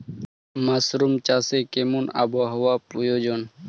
Mushroom চাষে কেমন আবহাওয়ার প্রয়োজন?